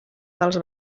dels